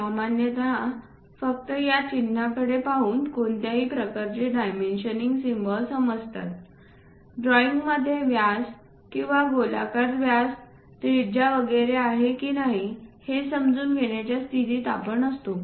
सामान्यत पुण्याला फक्त त्या चिन्हाकडे पाहून कोणत्याही प्रकारचे डायमेन्शन इंग सिम्बॉल समजतात ड्रॉइंग मध्ये व्यास किंवा गोलाकार व्यास त्रिज्या वगैरे आहे की नाही हे समजून घेण्याच्या स्थितीत आपण असतो